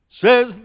says